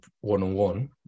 one-on-one